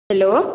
hello